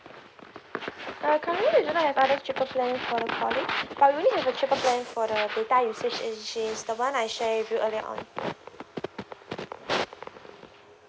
uh currently we don't have other cheaper plan for the calling but we only have a cheaper plan for the data usage which is the one I share with you earlier on